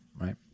right